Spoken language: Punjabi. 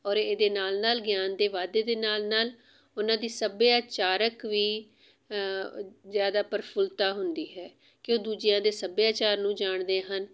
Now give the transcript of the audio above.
ਔਰ ਇਹਦੇ ਨਾਲ ਨਾਲ ਗਿਆਨ ਦੇ ਵਾਧੇ ਦੇ ਨਾਲ ਨਾਲ ਉਹਨਾਂ ਦੀ ਸੱਭਿਆਚਾਰਕ ਵੀ ਜ਼ਿਆਦਾ ਪ੍ਰਫੁੱਲਤਾ ਹੁੰਦੀ ਹੈ ਕਿ ਉਹ ਦੂਜਿਆਂ ਦੇ ਸੱਭਿਆਚਾਰ ਨੂੰ ਜਾਣਦੇ ਹਨ